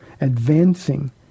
advancing